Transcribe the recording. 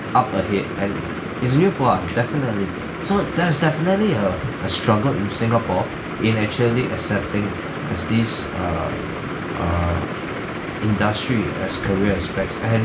up ahead and it's new for us definitely so there's definitely a a struggle in singapore in actually accepting as this err err industry as career aspects and